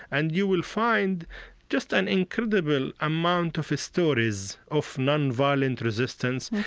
and you will find just an incredible amount of stories of nonviolent resistance,